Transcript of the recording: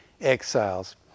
exiles